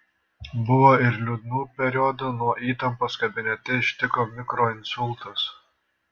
buvo ir liūdnų periodų nuo įtampos kabinete ištiko mikroinsultas